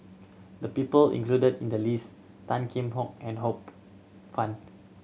the people included in the list Tan Kheam Hock and Ho Poh Fun